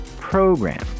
program